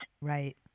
Right